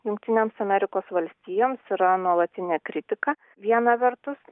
jungtinėms amerikos valstijoms yra nuolatinė kritika viena vertus